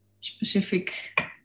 specific